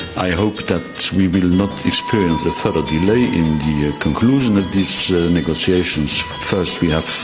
i hope that we will not experience a further delay in the conclusion of these negotiations. first we have